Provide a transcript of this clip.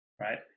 right